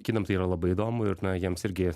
kinam tai yra labai įdomu ir na jiems irgi